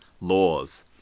laws